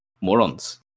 morons